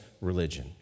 religion